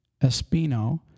Espino